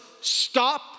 stop